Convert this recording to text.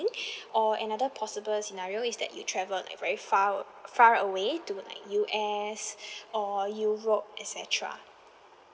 or another possible scenario is that you travel like very far far away to like U_S or europe et cetera